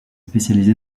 spécialisé